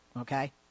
okay